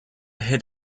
hid